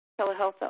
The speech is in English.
Telehealth